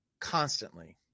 constantly